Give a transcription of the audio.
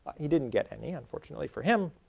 he didn't get any, unfortunately for him,